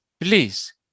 please